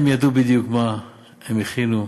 הם ידעו בדיוק מה הם הכינו,